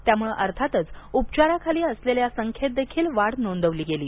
त्यामुळे अर्थातच उपचाराखाली असलेल्या संख्येत देखील वाढ नोंदवली गेली